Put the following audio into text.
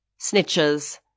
Snitches